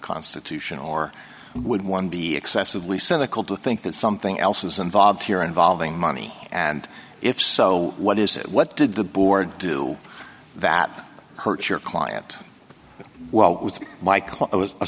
constitution or would one be excessively cynical to think that something else is involved here involving money and if so what is it what did the board do that hurts your client well with my